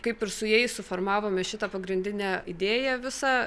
kaip ir su jais suformavome šitą pagrindinę idėją visą